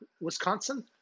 Wisconsin